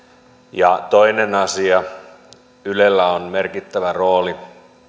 ja toinen asia ylellä on merkittävä rooli